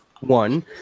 one